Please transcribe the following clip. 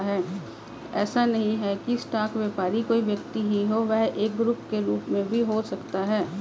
ऐसा नहीं है की स्टॉक व्यापारी कोई व्यक्ति ही हो वह एक ग्रुप के रूप में भी हो सकता है